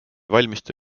valmista